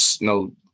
no